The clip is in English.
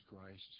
Christ